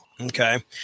Okay